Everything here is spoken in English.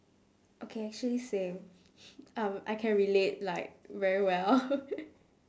okay actually same um I can relate like very well